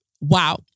wow